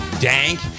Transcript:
dank